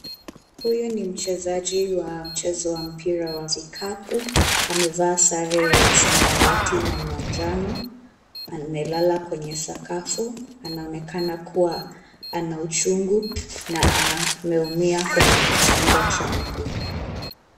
Huyu ni mchezaji wa mchezo wa mpira wa vikapu. Amevaa sare ya samawati na manjano. Amelala kwenye sakafu, anaonekana kuwa ana uchungu na ameumia kwenye kifundo cha mguu.